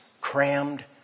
crammed